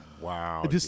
Wow